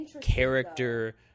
character